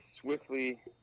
swiftly